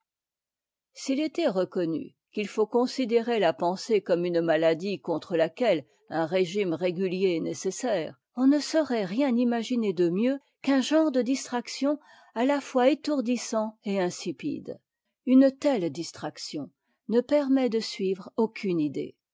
s'il était reconnu qu'il faut considérer la pensée comme une maladie contre laquelle un régime régulier est nécessaire on ne saurait rien imaginer de mieux qu'un genre de distraction à la fois étourdissant et insipide une telle distraction ne permet de suivre aucune idée